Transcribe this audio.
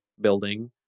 building